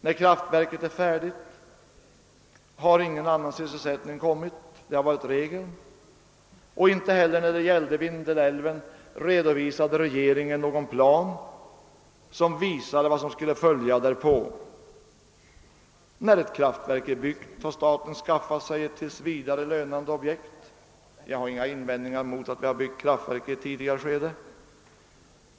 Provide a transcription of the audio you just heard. När kraftverket är färdigt har ingen annan sysselsättning kommit — det har varit regeln. Inte heller när det gällde Vindelälven redovisade regeringen någon plan för vad som skulle följa därpå. När ett kraftverk är byggt har staten skaffat sig ett tills vidare lönande objekt. Jag har inga invändningar mot kraftverk som byggts i tidigare skeden.